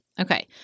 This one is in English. Okay